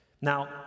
Now